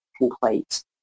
complete